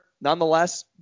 Nonetheless